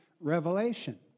Revelation